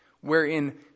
Wherein